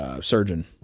surgeon